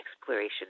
exploration